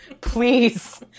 Please